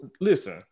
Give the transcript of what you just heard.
Listen